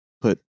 put